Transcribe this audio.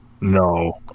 No